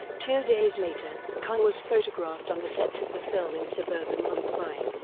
two days later, khan was photographed on the sets of the film in suburban mumbai.